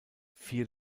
vier